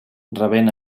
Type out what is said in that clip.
rebent